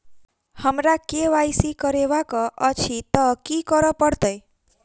हमरा केँ Y C करेवाक अछि तऽ की करऽ पड़तै?